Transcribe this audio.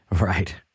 Right